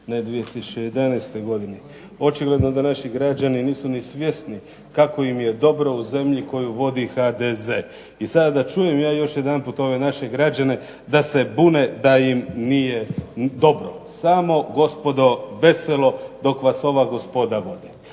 u 2011. godini. Očito da naši građani nisu ni svjesni kako im je dobro u zemlji koju vodi HDZ i sada da ja čujem još jedanput ove naše građane da se bune da im nije dobro. Samo gospodo veselo dok vas ova gospoda vode.